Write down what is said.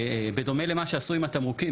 בדומה למה שעשו עם התמרוקים,